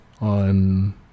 on